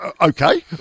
Okay